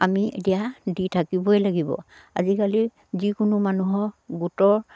আমি এতিয়া দি থাকিবই লাগিব আজিকালি যিকোনো মানুহৰ গোটৰ